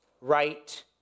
right